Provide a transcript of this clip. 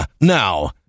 now